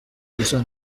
isoni